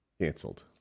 canceled